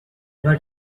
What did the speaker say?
but